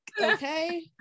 okay